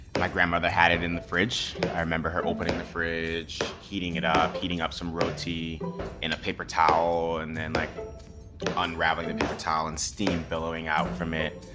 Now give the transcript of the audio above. my grandmother had it in the fridge. i remember her opening the fridge, heating it up, heating up some roti in a paper towel, and like and raveling the paper towel and steam billowing out from it.